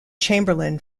chamberlain